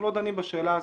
אנחנו לא דנים בשאלה הזאת,